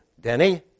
Denny